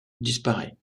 disparaît